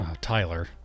Tyler